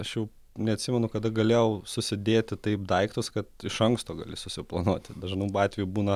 aš jau neatsimenu kada galėjau susidėti taip daiktus kad iš anksto gali susiplanuoti dažnu atveju būna